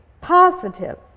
positive